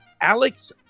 Alex